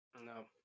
No